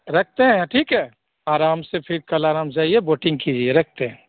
रखते हैं ठीक है आराम से फ़िर कल आराम जाइए वोटिंग कीजिए रखते हैं